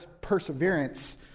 perseverance